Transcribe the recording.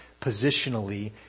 positionally